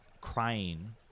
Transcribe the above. crying